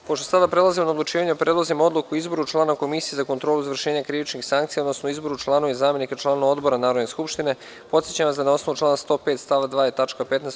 Pošto sada prelazimo na odlučivanje o predlozima odluka o izboru člana Komisije za kontrolu izvršenja krivičnih sankcija, odnosno o izboru članova i zamenika članova odbora Narodne Skupštine (tačke 3, 4, 5. i 6. dnevnog reda), podsećam vas da, na osnovu člana 105. stav 2. tačka 15.